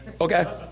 okay